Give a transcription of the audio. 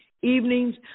evenings